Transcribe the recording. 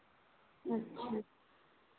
अच्छा